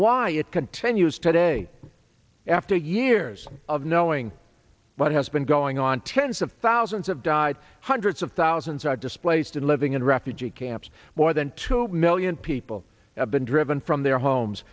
why it continues today after years of knowing what has been going on tens of thousands have died hundreds of thousands are displaced and living in refugee camps more than two million people have been driven from their homes